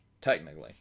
technically